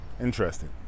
Interesting